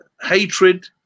hatred